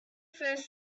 first